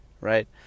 right